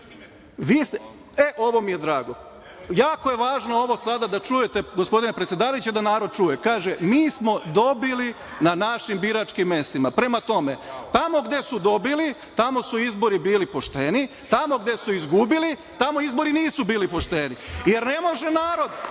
ovo mi je drago. Jako je važno ovo sada da čujete, gospodine predsedavajući, i da narod čuje. Kaže: „Mi smo dobili na našim biračkim mestima.“ Prema tome, tamo gde su dobili, tamo su izbori bili pošteni, a tamo gde su izgubili, tamo izbori nisu bili pošteni, jer ne može narod…